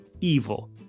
evil